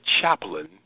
chaplain